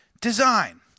design